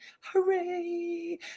Hooray